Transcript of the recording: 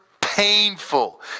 painful